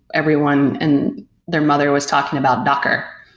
everyone, and their mother was talking about docker.